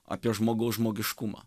apie žmogaus žmogiškumą